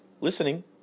listening